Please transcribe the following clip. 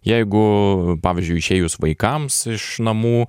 jeigu pavyzdžiui išėjus vaikams iš namų